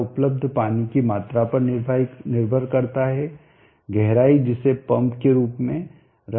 यह उपलब्ध पानी की मात्रा पर निर्भर करता है गहराई जिसे पंप के रूप में रखा गया है